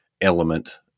element